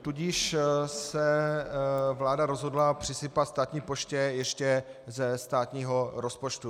Tudíž se vláda rozhodla přisypat státní poště ještě ze státního rozpočtu.